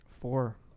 Four